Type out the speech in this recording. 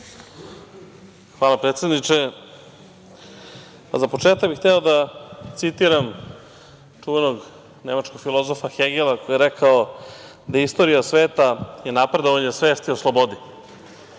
Hvala, predsedniče.Za početak bih hteo da citiram čuvenog nemačkog filozofa Hegela koji je rekao da je istorija sveta napredovanje svesti o slobode. Mi